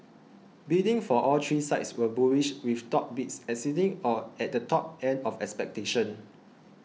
bidding for all three sites was bullish with top bids exceeding or at the top end of expectations